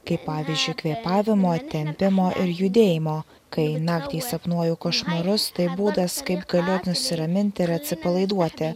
kaip pavyzdžiui kvėpavimo tempimo ir judėjimo kai naktį sapnuoju košmarus tai būdas kaip galiu nusiraminti ir atsipalaiduoti